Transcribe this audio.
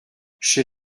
chez